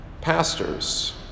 pastors